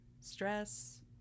stress